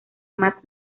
matt